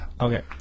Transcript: Okay